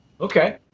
Okay